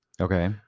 Okay